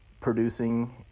producing